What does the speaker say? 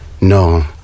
no